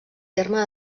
terme